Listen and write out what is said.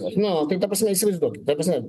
nu tai ta prasme įsivaizduokit ta prasme